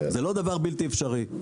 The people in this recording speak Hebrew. זה לא דבר בלתי אפשרי.